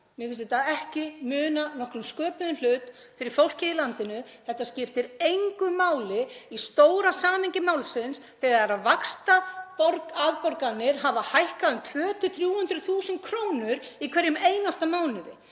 Mér finnst þetta ekki muna nokkrum sköpuðum hlut fyrir fólkið í landinu. Þetta skiptir engu máli í stóra samhengi málsins. Þegar vaxtaafborganir hafa hækkað um 200.000–300.000 kr. í hverjum einasta mánuði